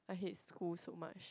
I hate school so much